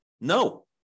No